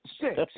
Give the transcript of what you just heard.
Six